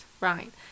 right